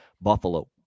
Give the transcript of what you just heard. Buffalo